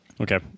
Okay